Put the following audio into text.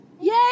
Yay